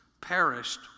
perished